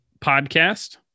podcast